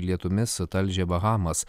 lietumis talžė bahamas